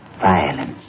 violence